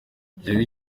njyewe